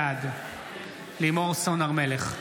בעד לימור סון הר מלך,